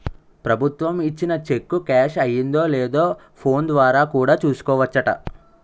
ప్రభుత్వం ఇచ్చిన cheque cash అయిందో లేదో ఫోన్ ద్వారా కూడా చూసుకోవచ్చట